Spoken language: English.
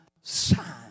sign